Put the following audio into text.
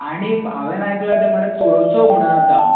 आनी हांवें आयकलां थंय मरे चोरउत्सव म्हणून जाता